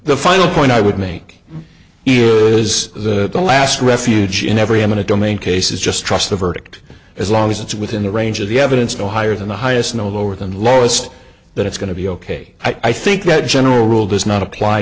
the final point i would make is that the last refuge in every eminent domain case is just trust the verdict as long as it's within the range of the evidence go higher than the highest no lower than the lowest that it's going to be ok i think that general rule does not apply